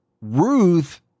Ruth